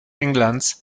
englands